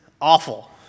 awful